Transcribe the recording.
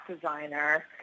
designer